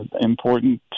important